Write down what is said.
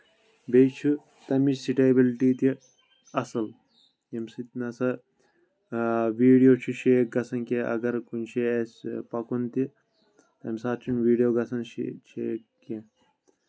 بیٚیہِ چھُ تَمِچ سِٹیبلٹی تہِ اَصٕل ییٚمہِ سۭتۍ نہ سا ویٖڈیو چھُ شیک گژھان کیٚنٛہہ اَگر کُنہِ شیے اَسہِ پَکُن تہِ تِمہِ ساتہٕ چھُ نہٕ ویٖڈیو گژھان شیک شیک کیٚنٛہہ